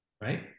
Right